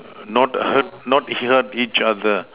not hurt not hurt each other